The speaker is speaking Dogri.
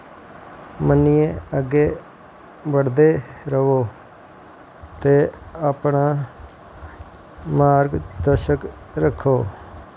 मन्नियै अग्गें बड़दे र'वो ते अपना मार्ग दर्शक रक्खो